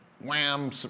wham